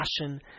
passion